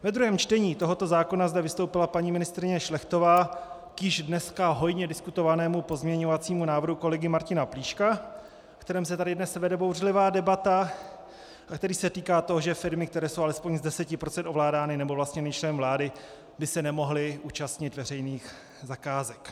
Ve druhém čtení tohoto zákona zde vystoupila paní ministryně Šlechtová k již dneska hojně diskutovanému pozměňovacímu návrhu kolegy Martina Plíška, o kterém se tady dnes vede bouřlivá debata a který se týká toho, že firmy, které jsou alespoň z deseti procent ovládány nebo vlastněny členem vlády, by se nemohly účastnit veřejných zakázek.